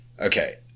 okay